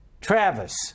Travis